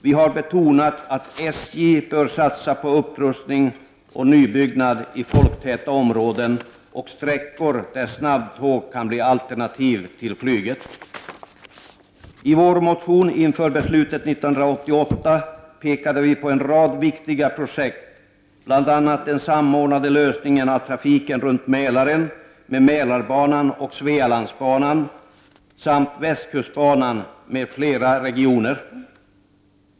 Vi har betonat att SJ bör satsa på upprustning och nybyggnad i folktäta områden och på sträckor där snabbtåg kan bli alternativ till flyget. I vår motion inför beslutet 1988 pekade vi på en rad viktiga projekt, bl.a. den samordnade lösningen av trafiken runt Mälaren med Mälarbanan och Svealandsbanan samt västkustbanan m.fl. regioner.